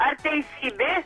ar teisingai